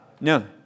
No